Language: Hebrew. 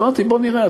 אמרתי: בואו נראה,